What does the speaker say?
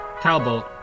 Talbot